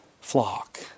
flock